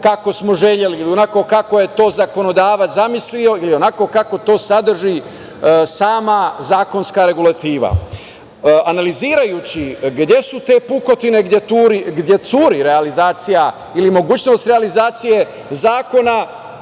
kako smo želeli ili onako kako je to zakonodavac zamislio ili onako kako to sadrži sama zakonska regulativa. Analizirajući gde su te pukotine gde curi realizacija ili mogućnost realizacije zakona,